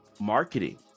marketing